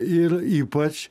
ir ypač